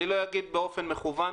אני לא אגיד באופן מכוון,